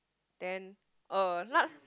then uh